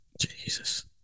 Jesus